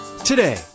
Today